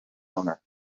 owner